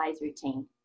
routine